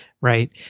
right